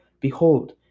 behold